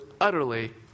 utterly